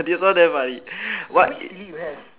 this one damn funny [what]